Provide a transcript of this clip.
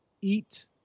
eat